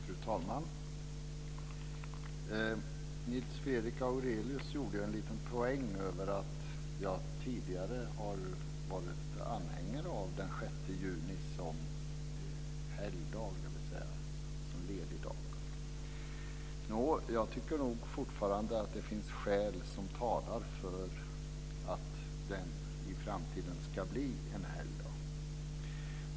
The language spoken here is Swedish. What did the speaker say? Fru talman! Nils Fredrik Aurelius gjorde en liten poäng av att jag tidigare har varit anhängare av den 6 juni som helgdag, dvs. som ledig dag. Jag tycker nog fortfarande att det finns skäl som talar för att den i framtiden ska bli en helgdag.